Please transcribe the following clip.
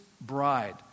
bride